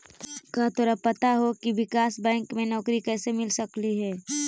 का तोरा पता हो की विकास बैंक में नौकरी कइसे मिल सकलई हे?